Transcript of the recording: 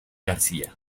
garcía